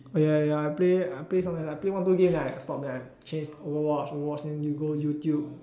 uh ya ya I play I play sometimes I play one two game then I stop then I change Overwatch Overwatch then you go Youtube